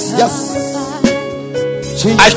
yes